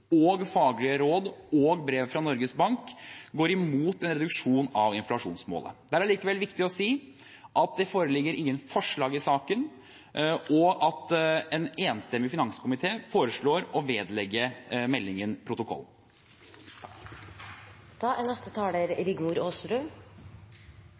faglige råd og brev fra Norges Bank, går imot en reduksjon av inflasjonsmålet. Det er allikevel viktig å si at det ikke foreligger noen forslag i saken, og at en enstemmig finanskomité foreslår å vedlegge meldingen